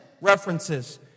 references